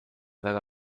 väga